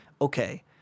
Okay